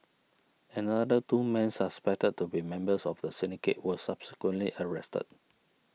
another two men suspected to be members of the syndicate were subsequently arrested